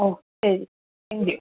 okay thank you